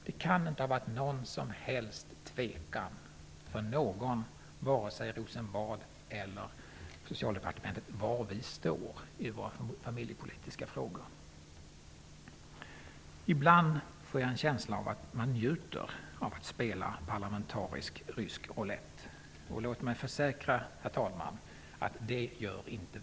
Det kan inte ha varit något som helst tvivel för någon, varken på Rosenbad eller inom Socialdepartementet, om var vi står i familjepolitiska frågor. Ibland får jag en känsla av att man njuter av att spela parlamentarisk rysk roulett. Låt mig försäkra, herr talman, att vi inte gör det.